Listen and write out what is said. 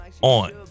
on